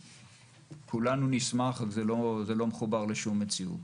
כולנו נשמח זה לא מחובר לשום מציאות.